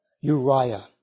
Uriah